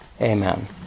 Amen